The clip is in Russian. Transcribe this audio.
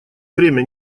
время